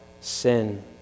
sin